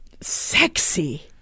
sexy